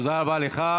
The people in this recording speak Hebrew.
תודה רבה לך.